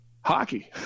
Hockey